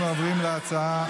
אנחנו עוברים להצעה